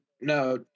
no